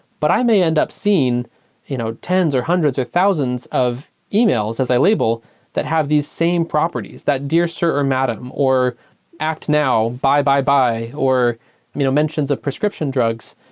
but i may end up seeing you know tens or hundreds or thousands of emails as i label that have these same properties, that dear sir or madame, or act now, buy, buy, buy, or you know mentions of prescription drugs.